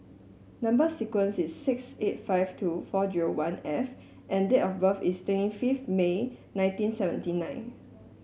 number sequence is six eight five two four zero one F and date of birth is twenty fifth May nineteen seventy nine